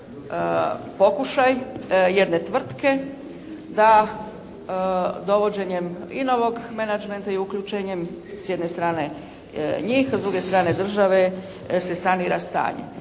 pokušaj jedne tvrtke da dovođenjem i novog menadžmenta i uključenjem s jedne strane njih, a s druge strane države se sanira stanje.